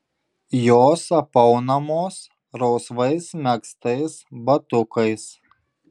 jos apaunamos rausvais megztais batukais